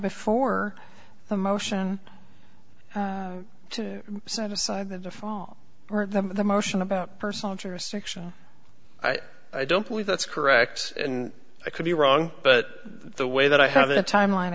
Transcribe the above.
before the motion to set aside the fall or the motion about personal jurisdiction i don't believe that's correct and i could be wrong but the way that i have the time line